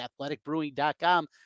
athleticbrewing.com